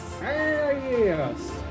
yes